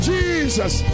Jesus